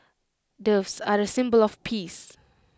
doves are A symbol of peace